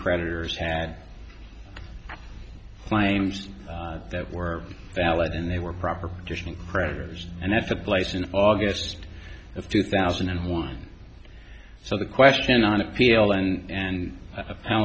creditors had claims that were valid and they were proper petitioning creditors and that took place in august of two thousand and one so the question on appeal and a